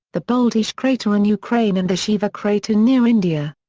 the boltysh crater in ukraine and the shiva crater near india.